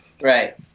Right